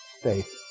Faith